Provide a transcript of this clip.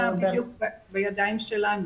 --- זה לא בדיוק בידיים שלנו.